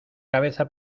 cabeza